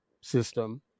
system